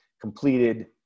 completed